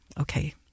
Okay